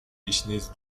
گشنیز